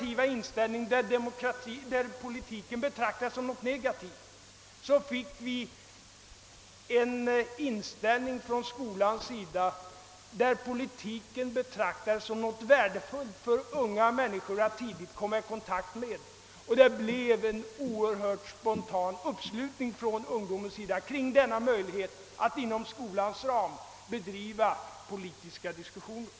I stället för denna syn, där politiken alltså betraktades som något negativt, har vi nu fått den inställningen att det betraktas som värdefullt att unga människor tidigt kommer i kontakt med politiken. Det blev också en oerhört stark och spontan uppslutning från ungdomens sida kring denna möjlighet att inom skolans ram föra politiska diskussioner.